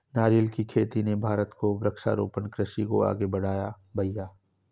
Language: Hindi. नारियल की खेती ने भारत को वृक्षारोपण कृषि को आगे बढ़ाया है भईया